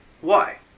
Why